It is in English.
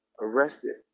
arrested